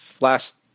last